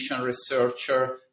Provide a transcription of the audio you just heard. researcher